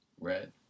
Red